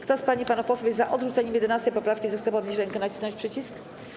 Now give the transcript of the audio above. Kto z pań i panów posłów jest za odrzuceniem 11. poprawki, zechce podnieść rękę i nacisnąć przycisk.